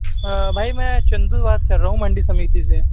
بھائی میں چندو بات کر رہا ہوں منڈی سمیتی سے